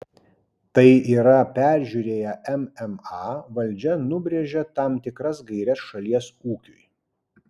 tai yra peržiūrėję mma valdžia nubrėžia tam tikras gaires šalies ūkiui